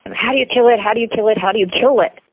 and how do you kill it, how do you kill it, how do you kill it?